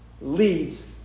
leads